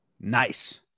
Nice